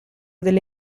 delle